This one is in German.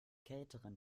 kälteren